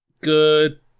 Good